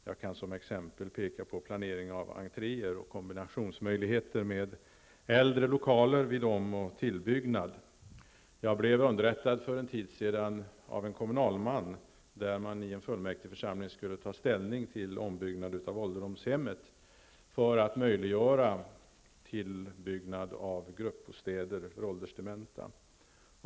Jag kan som exempel nämna planering av entréer och kombinationsmöjligheter vid om och tillbyggnad när det gäller äldre lokaler. För en tid sedan blev jag av en kommunalman underrättad om hur det gick till i en fullmäktigeförsamling när man skulle ta ställning till ombyggnad av ålderdomshemmet för att möjliggöra tillbyggnad av gruppbostäder för åldersdementa.